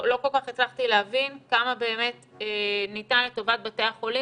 לא כל כך הצלחתי להבין כמה באמת ניתן לטובת בתי החולים.